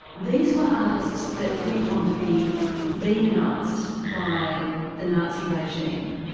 these were artists that went on to be demonised by the nazi regime.